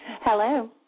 Hello